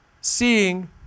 seeing